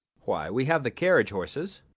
why, we have the carriage horses.